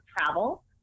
travel